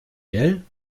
gell